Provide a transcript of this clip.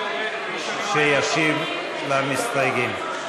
שישיב למסתייגים.